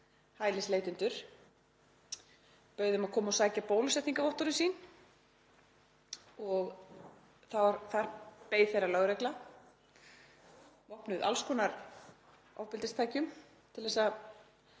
hælisleitendur, bauð þeim að koma og sækja bólusetningarvottorðin sín og þar beið þeirra lögregla, vopnuð alls konar ofbeldistækjum, til að